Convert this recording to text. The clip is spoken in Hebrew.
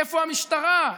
איפה המשטרה?